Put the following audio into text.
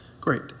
great